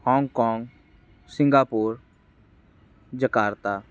Hong Kong Singapore Jakarta